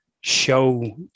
show